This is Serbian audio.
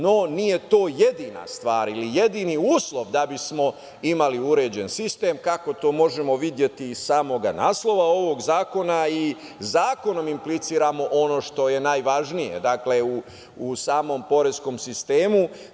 No, nije to jedina stvar ili jedini uslov da bi smo imali uređen sistem kako to možemo videti i iz samog naslova ovog zakona, a i zakonom impliciramo ono što je najvažnije u samom poreskom sistemu.